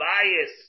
bias